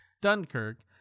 Dunkirk